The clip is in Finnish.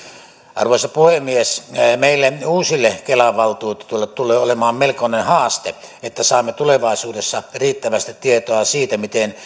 arvoisa puhemies meille uusille kelan valtuutetuille tulee olemaan melkoinen haaste että saamme tulevaisuudessa riittävästi tietoa siitä miten